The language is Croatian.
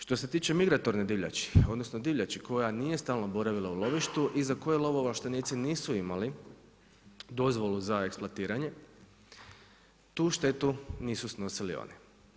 Što se tiče migratorne divljači, odnosno divljači koja nije stalno boravila u lovištu i za koju lovoovlaštenici nisu imali dozvolu za eksploatiranje, tu štetu nisu snosili oni.